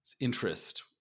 interest